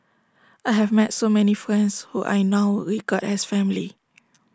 I have met so many friends who I now regard as family